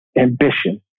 ambition